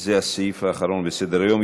זה הסעיף האחרון בסדר-היום.